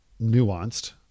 nuanced